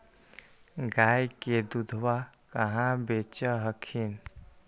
गया के दूधबा कहाँ बेच हखिन?